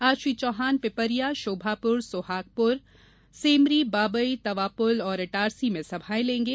आज श्री चौहान पिपरिया शोभापुर सोहागपुर सेमरी बाबई तवापुल और इटारसी में सभाएं लेंगे